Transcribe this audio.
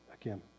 again